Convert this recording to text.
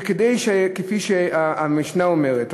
כפי שהמשנה אומרת,